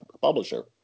publisher